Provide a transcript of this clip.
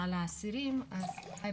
על האסירים אז הם